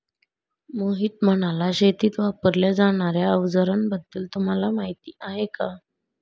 मोहित म्हणाला, शेतीत वापरल्या जाणार्या अवजारांबद्दल तुम्हाला माहिती आहे का?